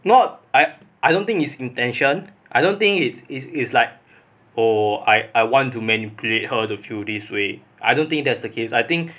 no ah I I don't think his intention I don't think it is is like oh I want to manipulate her to feel this way I don't think that's the case I think